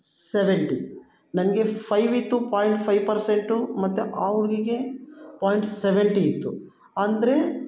seventy ನನಗೆ five ಇತ್ತು point five percent ಮತ್ತು ಆ ಹುಡ್ಗಿಗೆ ಪಾಯಿಂಟ್ ಸೆವೆಂಟಿ ಇತ್ತು ಅಂದರೆ